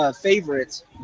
favorites